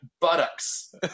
buttocks